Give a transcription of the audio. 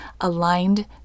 aligned